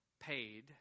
Paid